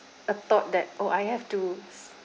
a thought that oh I have to